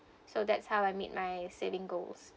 so that's how I meet my saving goals